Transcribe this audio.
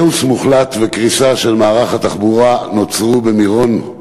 כאוס מוחלט וקריסה של מערך התחבורה נוצרו במירון.